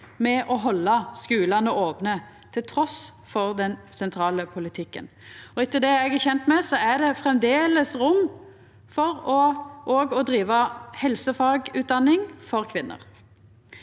med å halda skulane opne trass i den sentrale politikken. Etter det eg er kjend med, er det framleis rom for òg å driva helsefagutdanning for kvinner.